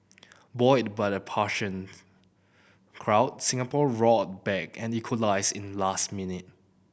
buoyed by the partisans crowd Singapore roared back and equalised in last minute